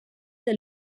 del